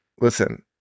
Listen